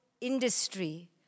industry